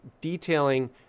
detailing